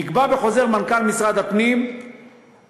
נקבע בחוזר מנכ"ל משרד הפנים 4/2007,